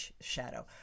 shadow